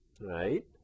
Right